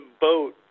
boat